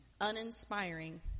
uninspiring